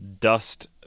dust